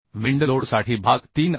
wind load साठी भाग 3 I